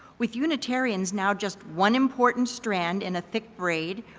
with unitarians now just one important strand in a thick braid.